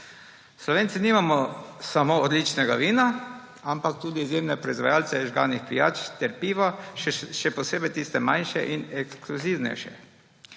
Slovenci nimamo samo odličnega vina, ampak tudi izjemne proizvajalce žganih pijač ter piva, še posebej tiste manjše in ekskluzivnejše.